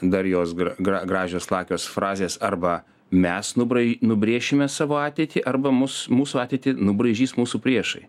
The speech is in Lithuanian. dar jos gra gra gražios lakios frazės arba mes nubrai nubrėšime savo ateitį arba mus mūsų ateitį nubraižys mūsų priešai